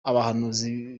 abahanuzi